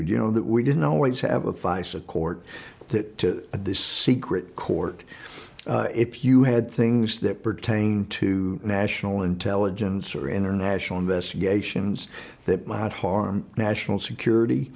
you know that we didn't always have a feisty court that this secret court if you had things that pertain to national intelligence or international investigations that might harm national security